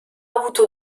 avuto